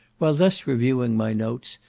while thus reviewing my notes,